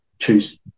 choose